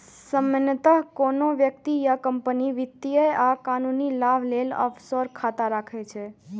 सामान्यतः कोनो व्यक्ति या कंपनी वित्तीय आ कानूनी लाभ लेल ऑफसोर खाता राखै छै